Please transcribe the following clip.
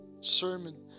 Sermon